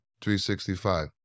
365